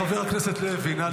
חבר הכנסת לוי, נא להיות בשקט.